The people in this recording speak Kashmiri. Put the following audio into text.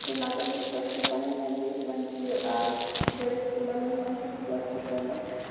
تہٕ نَتہٕ ٲسۍ اَسہِ کٲشِر پَنٕںی لنٛگویج وۄنۍ چھِ یہِ آز گۄڈٕ ٲسۍ سکوٗلَن منٛز منٛدچھَان کٲشُر کَرنَس